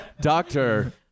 Doctor